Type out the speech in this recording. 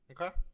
Okay